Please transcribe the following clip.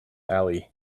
ali